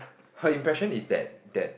her impression is that that